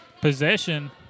Possession